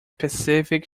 pacific